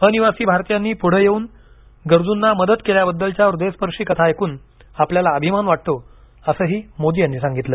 अनिवासी भारतीयांनी पुढे येऊन गरजूंना मदत केल्याबद्दलच्या हृदयस्पर्शी कथा ऐकून आपल्याला अभिमान वाटतो असं मोदी यांनी सांगितलं